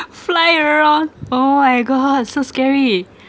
fly around oh my god so scary